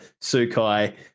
Sukai